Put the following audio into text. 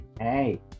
hey